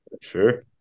Sure